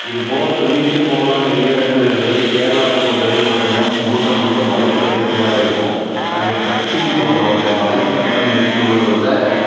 இதுபோல் சொல்லிகிட்டே போகலாம் நிறைய இடங்களில் இருக்குது கேர்ளாவை பொறுத்த வரைக்கும் பாத்திங்கனா முழுக்க முழுக்க மலை பிரதேசங்களாக இருக்கும் அங்கே ட்ரக்கிங் போகறவங்க மலைப்பயணம் மேற்கொள்வதில்